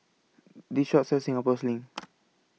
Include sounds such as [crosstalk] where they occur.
This Shop sells Singapore Sling [noise]